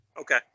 Okay